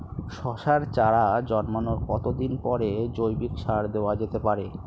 শশার চারা জন্মানোর কতদিন পরে জৈবিক সার দেওয়া যেতে পারে?